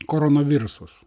korona virusas